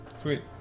Sweet